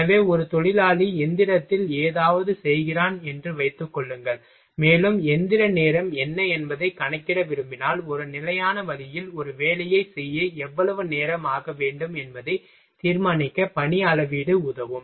எனவே ஒரு தொழிலாளி எந்திரத்தில் ஏதாவது செய்கிறான் என்று வைத்துக் கொள்ளுங்கள் மேலும் எந்திர நேரம் என்ன என்பதைக் கணக்கிட விரும்பினால் ஒரு நிலையான வழியில் ஒரு வேலையைச் செய்ய எவ்வளவு நேரம் ஆக வேண்டும் என்பதைத் தீர்மானிக்க பணி அளவீட்டு உதவும்